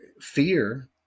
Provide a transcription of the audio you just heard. fear